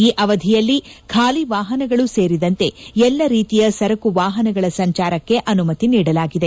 ಈ ಅವಧಿಯಲ್ಲಿ ಖಾಲಿ ವಾಹನಗಳು ಸೇರಿದಂತೆ ಎಲ್ಲಾ ರೀತಿಯ ಸರಕು ವಾಹನಗಳ ಸಂಚಾರಕ್ಕೆ ಅನುಮತಿ ನೀಡಲಾಗಿದೆ